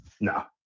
no